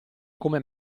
come